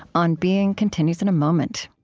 on being continues in a moment